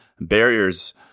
Barriers